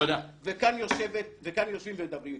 וכאן יושבים ומדברים איתנו.